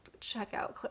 checkout